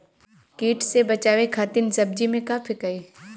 कीट से बचावे खातिन सब्जी में का फेकाई?